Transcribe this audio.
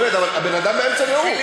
באמת, הבן-אדם באמצע נאום.